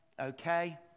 okay